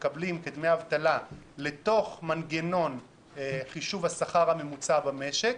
לתוך מנגנון חישוב השכר הממוצע במשק,